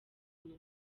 munwa